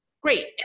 great